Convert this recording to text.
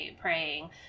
praying